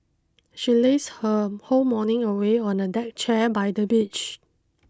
she lazed her whole morning away on a deck chair by the beach